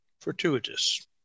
fortuitous